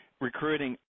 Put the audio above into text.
recruiting